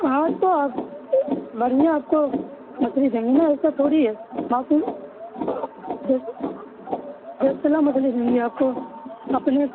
ہاں تو آپ بڑھیا آپ کو مچھلی دیں گی نا ایسا تھوڑی ہے باقی دس مچھلی دیں گی آپ کو اپنے